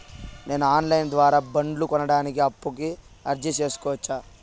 నేను online ద్వారా బండ్లు కొనడానికి అప్పుకి అర్జీ సేసుకోవచ్చా?